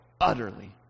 utterly